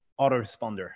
autoresponder